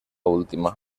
última